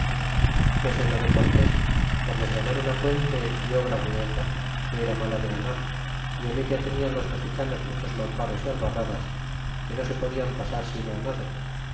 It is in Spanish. pues en lo de cortés por les ganar una puente y obra muy honda que era mala de ganar y en ella tenian los mexicanos muchos mamparos y albarradas que no se podian pasar sino á nado